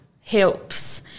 helps